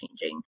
changing